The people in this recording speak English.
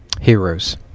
heroes